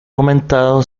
comentado